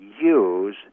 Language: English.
use